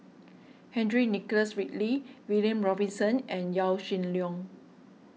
Henry Nicholas Ridley William Robinson and Yaw Shin Leong